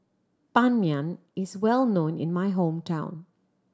Ban Mian is well known in my hometown